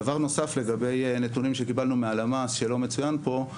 דבר נוסף לגבי נתונים שקיבלנו מהלמ"ס שלא מצוין פה,